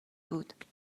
بود